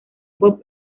bob